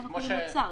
למה מהאוצר?